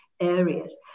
areas